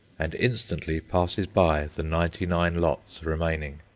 and instantly passes by the ninety-nine lots remaining.